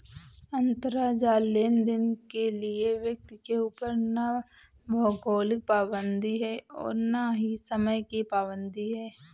अंतराजाल लेनदेन के लिए व्यक्ति के ऊपर ना भौगोलिक पाबंदी है और ना ही समय की पाबंदी है